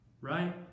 right